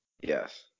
Yes